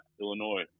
Illinois